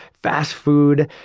fast food,